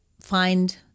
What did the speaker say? find